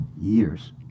years